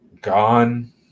gone